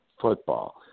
football